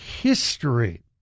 history